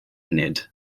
nid